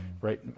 Right